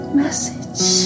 message